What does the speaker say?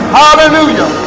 hallelujah